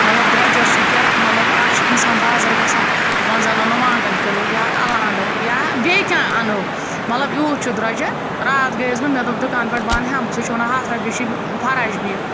مطلب درٛوجَر چھِ کیٛاہ مطلب آز چھِ اِنسان بازَر گژھان وۄنۍ زَنہٕ اَنو وانٛگَن کِلوٗ یا اَلہٕ اَنو یا بیٚیہِ کینٛہہ اَنو مطلب یوٗت چھُ درٛوجَر راتھ گٔیَس بہٕ مےٚ دوٚپ دُکانہٕ پٮ۪ٹھ بہٕ اَنہٕ ہٮ۪مبہٕ سُہ چھُ وَنان ہَتھ رۄپیہِ چھِ فَراج بیٖن